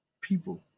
People